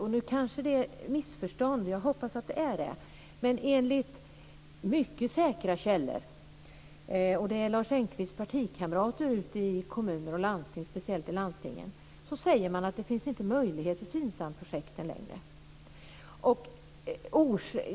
Det kanske är ett missförstånd, jag hoppas det, men mycket säkra källor - det är Lars Engqvists partikamrater ute i kommuner och landsting, speciellt i landstingen - säger att det inte längre finns möjlighet för FINSAM-projekten.